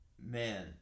Man